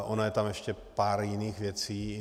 Ono je tam ještě pár jiných věcí.